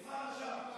כבר עכשיו.